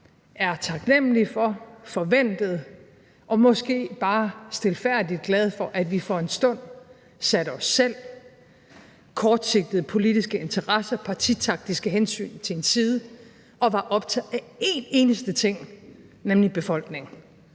er taknemlig for, forventede og måske bare stilfærdigt glad for, at vi for en stund satte os selv, kortsigtede politiske interesser og partitaktiske hensyn til en side og var optaget af en eneste ting, nemlig befolkningen